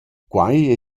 que